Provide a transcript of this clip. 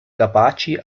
capaci